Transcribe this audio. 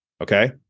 Okay